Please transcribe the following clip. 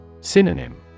Synonym